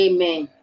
Amen